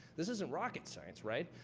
this isn't rocket science, right?